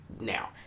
now